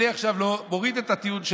אני עכשיו מוריד את הטיעון של